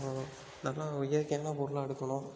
அப்புறம் நல்லா இயற்கையான பொருளாக எடுக்கணும்